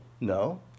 No